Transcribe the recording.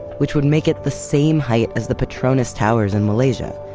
which would make it the same height as the petronas towers in malaysia,